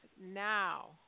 now